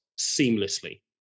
seamlessly